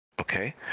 Okay